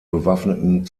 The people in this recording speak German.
bewaffneten